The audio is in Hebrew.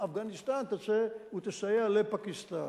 אפגניסטן תצא ותסייע לפקיסטן.